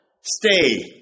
Stay